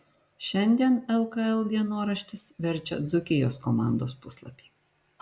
šiandien lkl dienoraštis verčia dzūkijos komandos puslapį